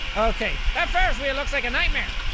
okay. that ferris wheel looks like a nightmare